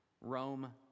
Rome